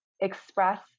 Express